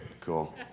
Cool